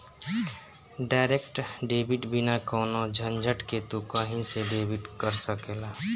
direct debit बिना कवनो झंझट के तू कही से डेबिट कर सकेला